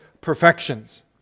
perfections